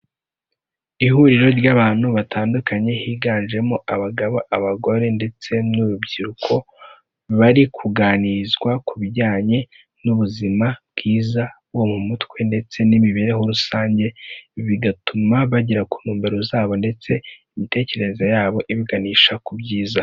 Ihuriro ry'abantu batandukanye higanjemo abagabo, abagore ndetse n'urubyiruko, bari kuganirizwa ku bijyanye n'ubuzima bwiza bwo mu mutwe ndetse n'imibereho rusange, bigatuma bagera ku ntumbero zabo ndetse imitekerereze yabo ibaganisha ku byiza.